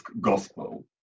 Gospel